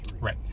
Right